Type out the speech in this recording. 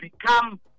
become